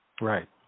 Right